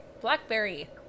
blackberry